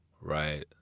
Right